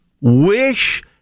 wish